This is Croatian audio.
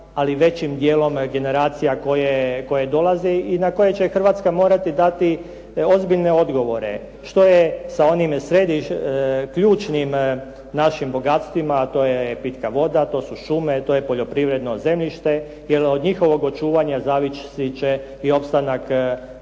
ali većim dijelom generacija koje dolaze i na koje će Hrvatska morati dati ozbiljne odgovore. Što je s onim našim ključnim bogatstvima to je pitka voda, to su šume, to je poljoprivredno zemljište. Jel' od njihovog očuvanja zavisit će i opstanak hrvatskog